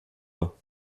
pas